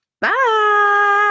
Bye